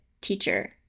teacher